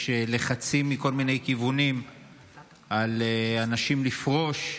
יש לחצים מכל מיני כיוונים על אנשים לפרוש.